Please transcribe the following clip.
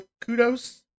kudos